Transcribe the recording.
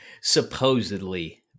supposedly